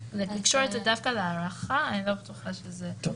לקשור את זה דווקא להארכה אני לא בטוחה שעובד.